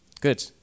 Good